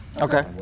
Okay